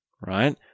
right